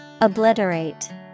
Obliterate